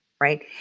Right